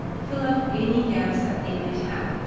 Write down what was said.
fill up any gaps that they might have.